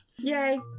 yay